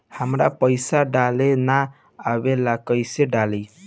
हमरा पईसा डाले ना आवेला कइसे डाली?